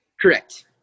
correct